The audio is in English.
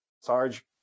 Sarge